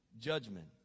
judgment